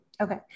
Okay